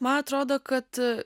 man atrodo kad